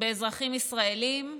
באזרחים ישראלים,